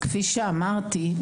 כפי שאמרתי,